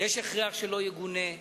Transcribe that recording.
הכרח שלא יגונה.